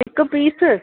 हिकु पीस